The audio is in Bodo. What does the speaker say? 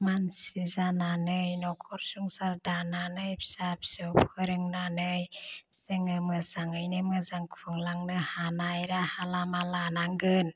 मानसि जानानै नखर संसार दानानै फिसा फिसौ फोरोंनानै जोङो मोजाङैनो मोजां खुंलांनो हानाय राहा लामा लानांगोन